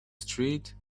street